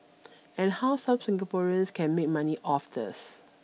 and how some Singaporeans can make money off this